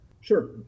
Sure